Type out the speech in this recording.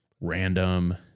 random